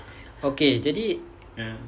okay jadi